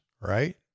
right